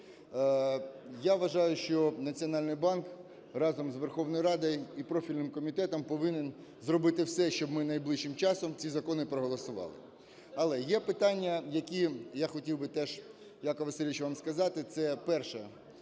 Я вважаю, що Національний банк разом з Верховною Радою і профільним комітетом повинен зробити все, щоби ми найближчим часом ці закони проголосували. Але є питання, які я хотів би теж, Яків Васильович, вам сказати. Це, перше,